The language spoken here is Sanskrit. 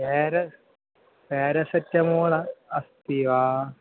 पेर पेरसेटमोल् अस्ति वा